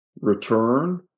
return